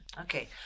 Okay